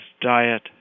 diet